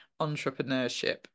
Entrepreneurship